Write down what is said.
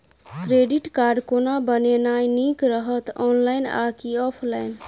Credit card कोना बनेनाय नीक रहत? ऑनलाइन आ की ऑफलाइन?